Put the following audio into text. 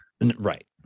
Right